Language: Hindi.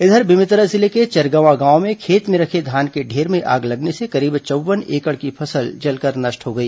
इधर बेमेतरा जिले के चरगवां गांव में खेत में रखे धान के ढेर में आग लगने से करीब चौव्वन एकड़ की फसल जलकर नष्ट हो गई